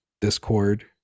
discord